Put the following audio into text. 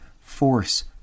force